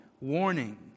warning